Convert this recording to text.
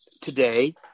today